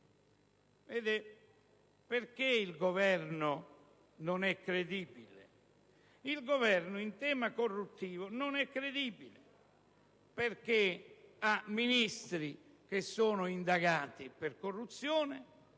motivo il Governo non è credibile? Il Governo in tema corruttivo non è credibile perché vi sono Ministri che sono indagati per corruzione.